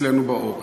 אצלנו בעורף.